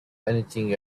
anything